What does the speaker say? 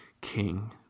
king